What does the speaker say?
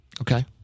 Okay